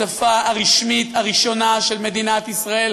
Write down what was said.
השפה הרשמית הראשונה של מדינת ישראל,